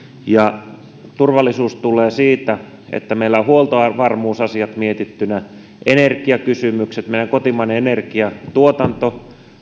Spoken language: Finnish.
turvallisuus tulee siitä että meillä on huoltovarmuusasiat mietittynä energiakysymykset meidän kotimainen energiatuotantomme